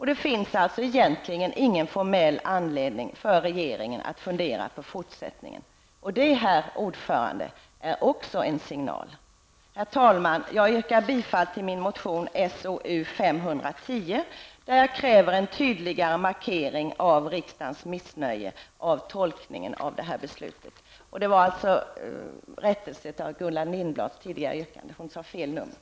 Det finns alltså ingen formell anledning för regeringen att fundera på fortsättningen. Det är också en signal. Herr talman! Jag yrkar bifall till min motion So510, där jag kräver en tydligare markering av riksdagens missnöje när det gäller tolkningen av beslutet.